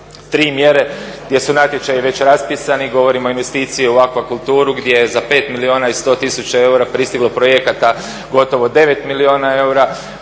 3 mjere gdje su natječaji već raspisani. Govorimo o investiciji u aqua kulturu gdje za 5 milijuna i 100 tisuća eura je pristiglo projekata gotovo 9 milijuna eura.